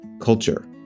culture